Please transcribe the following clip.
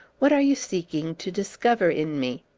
what are you seeking to discover in me?